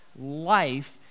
life